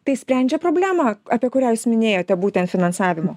tai sprendžia problemą apie kurią jūs minėjote būtent finansavimo